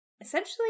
essentially